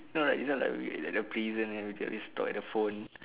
no like this one like we like that prison eh and we get this talk at the phone